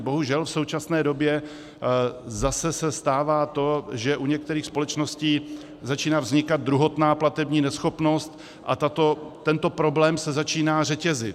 Bohužel v současné době zase se stává to, že u některých společností začíná vznikat druhotná platební neschopnost, a tento problém se začíná řetězit.